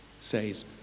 says